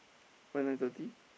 why nine thirty